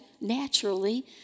naturally